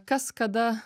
kas kada